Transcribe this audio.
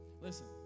listen